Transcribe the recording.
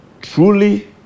truly